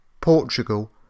Portugal